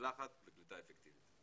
מוצלחת קליטה אפקטיבית.